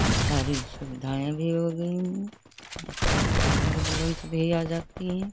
और सारी सुविधाएँ भी हो गई अब तो घर घर बुलेंस भी आ जाती है